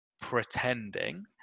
pretending